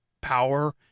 power